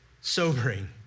sobering